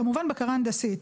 כמובן שזאת בקרה הנדסית,